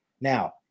Now